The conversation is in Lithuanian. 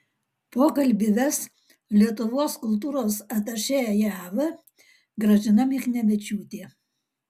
pokalbį ves lietuvos kultūros atašė jav gražina michnevičiūtė